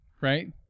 right